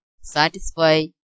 satisfy